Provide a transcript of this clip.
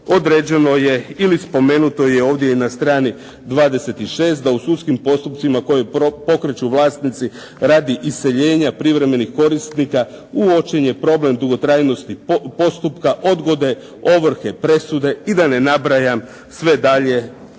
određeno ili spomenuto je ovdje na strani 26 da u sudskim postupcima koji pokreću vlasnici radi iseljena privremenih korisnika uočen je problem dugotrajnosti postupka, odgode, ovrhe, presude i da ne nabrajam sve dalje